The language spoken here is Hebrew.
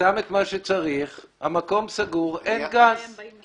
כי אנחנו רגילים לקבל נתונים כאלה.